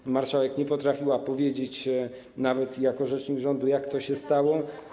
Pani marszałek nie potrafiła powiedzieć nawet jako rzecznik rządu, jak to się stało.